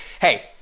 hey